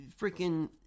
Freaking